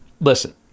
Listen